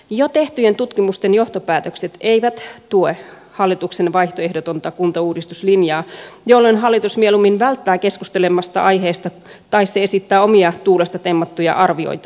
jo tehtyjen tutkimusten johtopäätökset eivät tue hallituksen vaihtoehdotonta kuntauudistuslinjaa jolloin hallitus mieluummin välttää keskustelemasta aiheesta tai se esittää omia tuulesta temmattuja arvioita